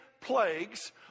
plagues